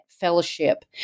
fellowship